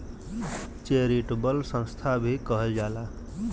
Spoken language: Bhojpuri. चेरिटबल संस्था भी कहल जाला